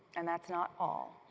and that's not all.